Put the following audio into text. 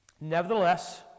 Nevertheless